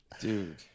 Dude